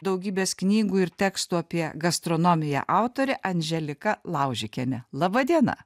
daugybės knygų ir tekstų apie gastronomiją autorė anželika laužikienė laba diena